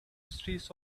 streets